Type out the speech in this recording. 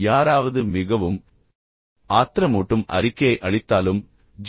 யாராவது மிகவும் ஆத்திரமூட்டும் அறிக்கையை அளித்தாலும் ஜி